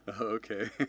Okay